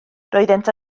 roeddent